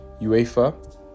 UEFA